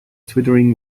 twittering